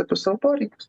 apie savo poreikius